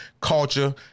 culture